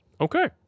okay